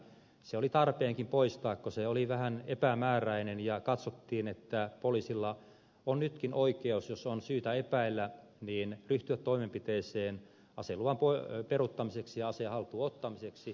se oli tarpeenkin poistaa koska se oli vähän epämääräinen ja katsottiin että poliisilla on nytkin oikeus jos on syytä epäillä ryhtyä toimenpiteeseen aseluvan peruuttamiseksi ja aseen haltuunottamiseksi